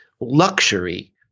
luxury